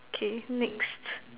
K next